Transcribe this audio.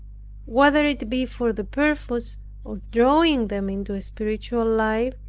whether it be for the purpose of drawing them into a spiritual life,